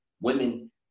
Women